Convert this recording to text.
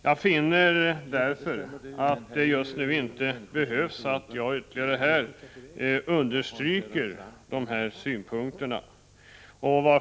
Jag finner därför att att det just nu inte behövs att jag ytterligare utvecklar dessa synpunkter.